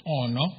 honor